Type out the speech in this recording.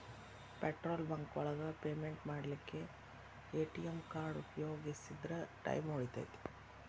petrol bunk ಒಳಗ payment ಮಾಡ್ಲಿಕ್ಕೆ ATM card ಉಪಯೋಗಿಸಿದ್ರ ಟೈಮ್ ಉಳಿತೆತಿ